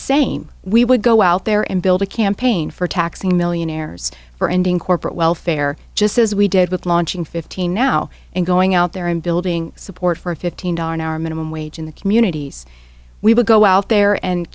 same we would go out there and build a campaign for taxing millionaires for ending corporate welfare just as we did with launching fifteen now and going out there and building support for a fifteen hour minimum wage in the communities we will go out there and